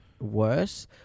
worse